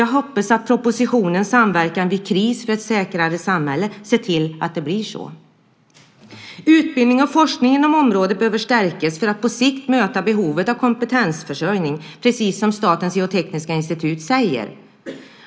Jag hoppas därför att propositionen Samverkan vid kris - för ett säkrare samhälle kommer att innebära att det blir så. Utbildning och forskning inom området behöver stärkas för att på sikt möta behovet av kompetensförsörjning, precis som Statens geotekniska institut säger.